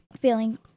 feeling